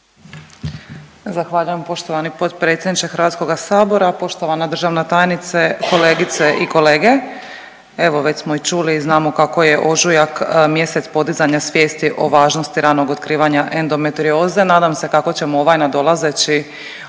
Zahvaljujem poštovani potpredsjedniče HS, poštovana državna tajnice, kolegice i kolege. Evo već smo i čuli, znamo kako je ožujak mjesec podizanja svijesti o važnosti ranog otkrivanja endometrioze, nadam se kako ćemo ovaj nadolazeći